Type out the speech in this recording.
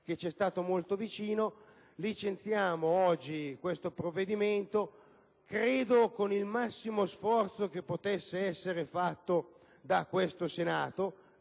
quale ci è stato molto vicino. Licenziamo oggi questo provvedimento - credo - con il massimo sforzo che potesse essere fatto dal Senato